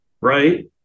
right